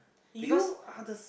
you are the